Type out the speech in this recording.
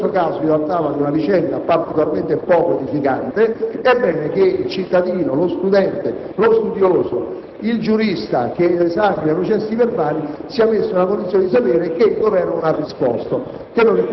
In questo caso si trattava di una vicenda particolarmente poco edificante. È bene che il cittadino, lo studente, lo studioso, il giurista che esaminerà i processi verbali sia messo nella condizione di sapere che il Governo non ha risposto.